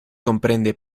comprende